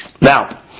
Now